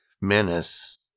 menace